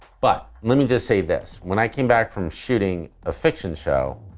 but let me just say this, when i came back from shooting a fiction show,